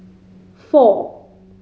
four